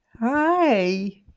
Hi